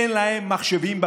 אין להם מחשבים.